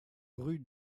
rue